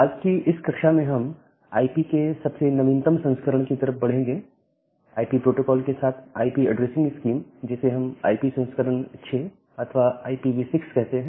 आज की इस कक्षा में हम आई पी के सबसे नवीनतम संस्करण की तरफ बढ़ेंगे आईपी प्रोटोकोल के साथ आईपी ऐड्रेसिंग स्कीम जिसे हम आईपी संस्करण 6 अथवा IPv6 कहते हैं